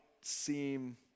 seem